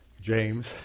James